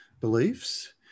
beliefs